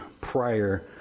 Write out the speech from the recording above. prior